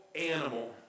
animal